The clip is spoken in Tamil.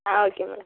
ah okay madam